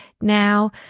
Now